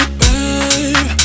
babe